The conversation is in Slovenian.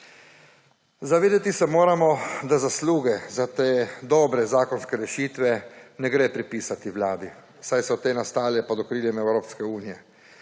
Zavedati se moramo, da zasluge za te dobre zakonske rešitve ne gre pripisati vladi, saj so te nastale pod okriljem Evropske unije.